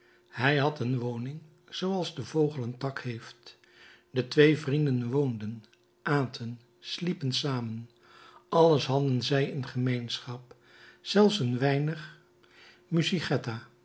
hij had een woning zooals de vogel een tak heeft de twee vrienden woonden aten sliepen samen alles hadden zij in gemeenschap zelfs een weinig